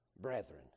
brethren